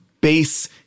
base